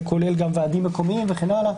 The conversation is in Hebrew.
זה כולל גם ועדים מקומיים וכן הלאה.